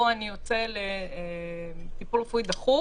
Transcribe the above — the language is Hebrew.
או אני יוצא לטיפול רפואי דחוף